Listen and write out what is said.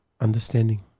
understanding